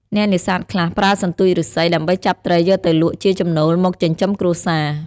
អ្នកនេសាទខ្លះប្រើសន្ទូចឬស្សី ដើម្បីចាប់ត្រីយកទៅលក់ជាចំណូលមកចិញ្ចឹមគ្រួសារ។